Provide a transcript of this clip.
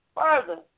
further